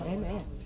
Amen